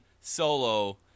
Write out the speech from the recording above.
solo